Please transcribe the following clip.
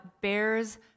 bears